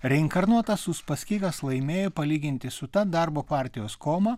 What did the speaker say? reinkarnuotas uspaskichas laimėjo palyginti su ta darbo partijos koma